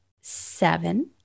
seven